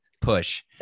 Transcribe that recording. push